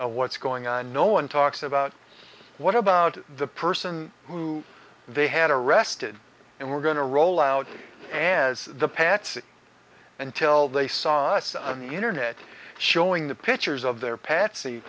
and what's going on no one talks about what about the person who they had arrested and we're going to roll out and the pats until they saw us on the internet showing the pictures of their patsy